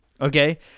Okay